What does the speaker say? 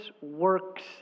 works